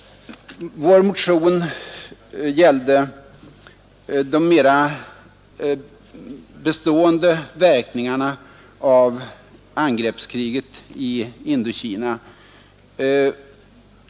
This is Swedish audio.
Vår motion gällde de mer bestående verkningarna av angreppskriget i Indokina.